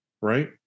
right